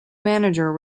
manager